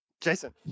Jason